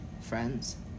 Friends